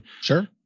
Sure